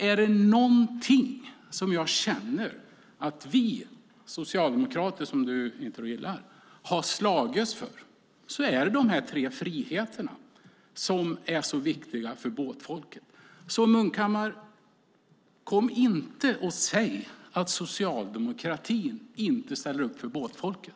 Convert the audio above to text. Är det någonting som jag känner att vi socialdemokrater, som du då inte gillar, har slagits för är det de här tre friheterna, som är så viktiga för båtfolket. Munkhammar! Kom inte och säg att socialdemokratin inte ställer upp för båtfolket!